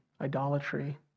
idolatry